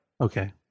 Okay